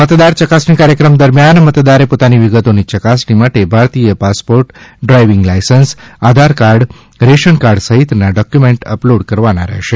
મતદાર ચકાસણી કાર્યક્રમ દરમિયાન મતદારે પોતાની વિગતોની યકાસણી માટે ભારતીય passport driving licence Aadhaar card ration card સહિતના ડોકયુમેન્ટ અપલોડ કરવાના રહેશે